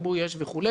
כיבוי אש וכו'.